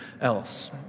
else